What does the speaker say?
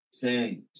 change